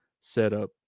setup